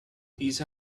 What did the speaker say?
these